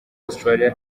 australia